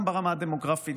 גם ברמה הדמוגרפית,